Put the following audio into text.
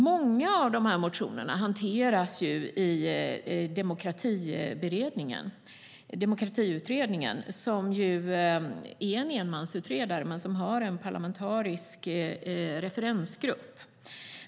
Många av de här motionerna hanteras ju i Demokratiutredningen, som är en enmansutredning men har en parlamentarisk referensgrupp.